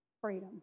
freedom